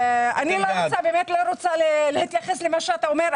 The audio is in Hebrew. אני לא רוצה להתייחס למה שאתה אומר,